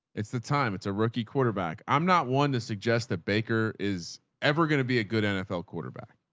it's the time it's a rookie quarterback. i'm not one to suggest that baker is ever going to be a good nfl quarterback.